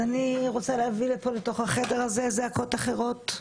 אני רוצה להביא לפה, לתוך החדר הזה, זעקות אחרות.